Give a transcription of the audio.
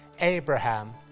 Abraham